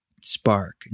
spark